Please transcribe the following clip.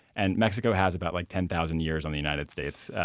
and mexico has about like ten thousand years on the united states,